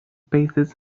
paces